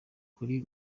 kuri